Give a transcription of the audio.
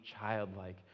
childlike